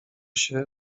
się